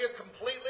completely